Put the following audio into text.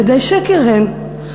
עדי שקר הן,